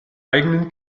eigenen